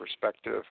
perspective